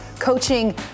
coaching